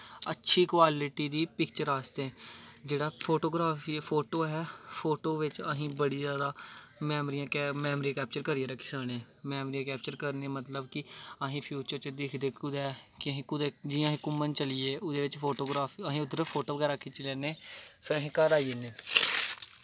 अच्छी क्वालिटी दी पिक्चर आस्तै जेह्ड़ा फोटोग्राफी फोटो ऐ फोटो बिच्च अस बड़ा जैदा मैमरियां कैपचर करियै रक्खी सकने मैमरियां कैपचर करने मतलब कि अस फ्यूचर च दिखदे कुदै कि जि'यां तुस कुदै घूमन चलिये ओह्दै च फोटोग्राफी अस उद्धर फोटो बगैरा खिच्ची लैन्ने फिर अस घर आई जन्ने